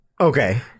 okay